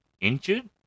injured